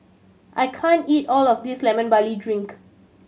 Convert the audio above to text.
I can't eat all of this Lemon Barley Drink